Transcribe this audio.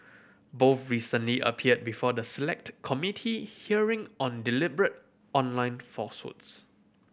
both recently appeared before the Select Committee hearing on deliberate online falsehoods